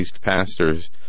pastors